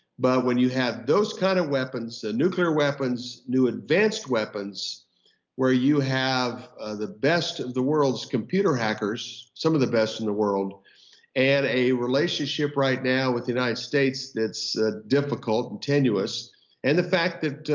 but when you have those kind of weapons, nuclear weapons, new advanced weapons where you have the best of the world's computer hackers some of the best in the world and a relationship right now with the united states that's difficult and tenuous and the fact that